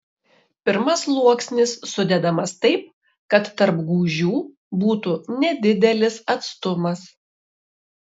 pirmas sluoksnis sudedamas taip kad tarp gūžių būtų nedidelis atstumas